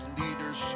leaders